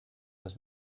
was